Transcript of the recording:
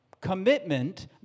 commitment